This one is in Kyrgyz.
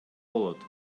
болот